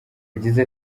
yagize